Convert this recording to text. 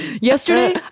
Yesterday